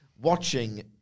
watching